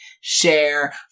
share